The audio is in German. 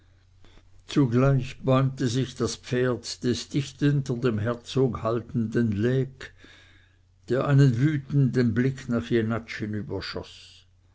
zugleich bäumte sich das pferd des dicht hinter dem herzog haltenden lecques der einen wütenden blick nach